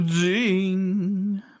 Ding